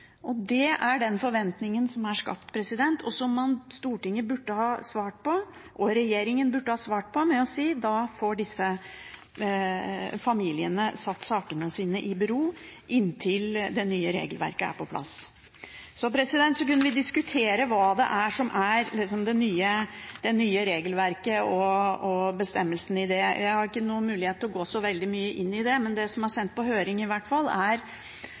og det er den forventningen som er skapt, og som Stortinget og regjeringen burde ha svart på ved å si at disse familiene får satt sakene sine i bero inntil det nye regelverket er på plass. Så kunne vi diskutert hva det er som er det nye regelverket og bestemmelsene i det. Jeg har ikke noen mulighet til å gå så veldig mye inn i det, men det som er sendt på høring i hvert fall, er